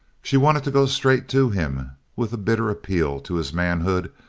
she wanted to go straight to him with a bitter appeal to his manhood,